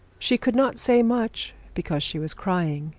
she could not say much, because she was crying,